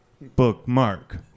Bookmark